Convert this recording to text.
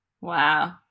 Wow